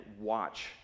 watch